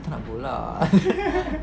aku tak nak bola